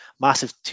Massive